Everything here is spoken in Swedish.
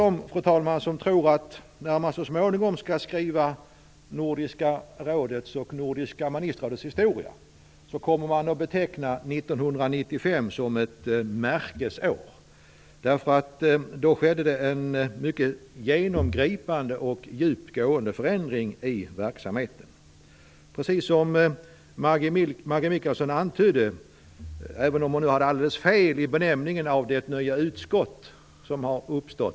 Jag tillhör dem som tror att man, när man så småningom skall skriva Nordiska rådets och Nordiska ministerrådets historia, kommer att beteckna 1995 som ett märkesår. Då skedde det en mycket genomgripande och djupgående förändring i verksamheten. Låt mig säga att Maggi Mikaelsson hade fel när det gäller benämningen på det nya utskottet.